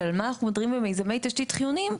של מיזמי תשתית חיוניים,